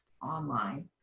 online